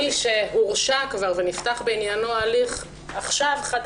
מי שהורשע כבר ונפתח בעניינו עכשיו הליך חדש,